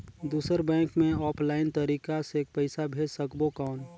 दुसर बैंक मे ऑफलाइन तरीका से पइसा भेज सकबो कौन?